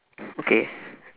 okay